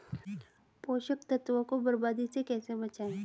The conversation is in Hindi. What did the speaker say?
पोषक तत्वों को बर्बादी से कैसे बचाएं?